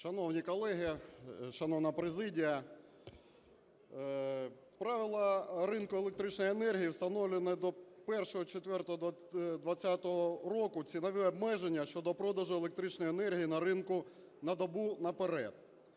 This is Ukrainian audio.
Шановні колеги! Шановна президія! Правила ринку електричної енергії встановлені до 01.04.2020 року: цінові обмеження щодо продажу електричної енергії на ринку на добу наперед